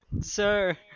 Sir